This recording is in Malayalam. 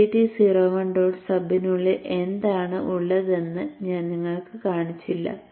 sub edt 01 ഡോട്ട് സബിനുള്ളിൽ എന്താണ് ഉള്ളതെന്ന് ഞാൻ നിങ്ങൾക്ക് കാണിച്ചില്ല